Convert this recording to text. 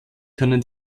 können